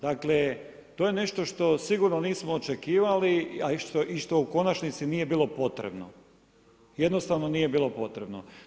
Dakle, to je nešto što sigurno nismo očekivali i što u konačnici nije bilo potrebno, jednostavno nije bilo potrebno.